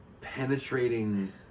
penetrating